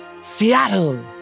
Seattle